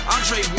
Andre